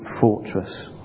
fortress